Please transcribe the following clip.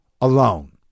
alone